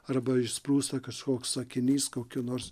arba išsprūsta kažkoks sakinys kokių nors